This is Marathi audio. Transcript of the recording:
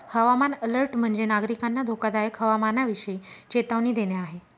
हवामान अलर्ट म्हणजे, नागरिकांना धोकादायक हवामानाविषयी चेतावणी देणे आहे